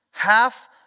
Half